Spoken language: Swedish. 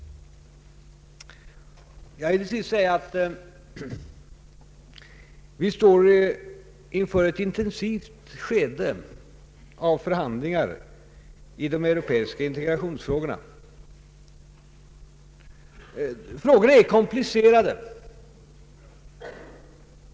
Jag vill till sist säga att vi står inför ett intensivt skede av förhandlingar i de europeiska integrationsfrågorna. Problemen är komplicerade.